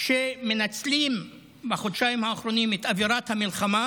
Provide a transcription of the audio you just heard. שמנצלים בחודשיים האחרונים את אווירת המלחמה